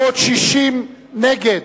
בעוד 60 נגד.